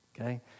Okay